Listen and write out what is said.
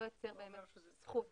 לא אומר שזו זכות